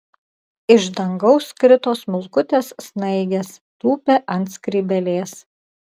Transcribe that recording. iš dangaus krito smulkutės snaigės tūpė ant skrybėlės